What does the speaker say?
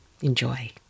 Enjoy